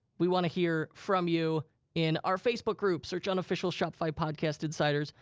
we wanna hear from you in our facebook group. search unofficial shopify podcast insiders.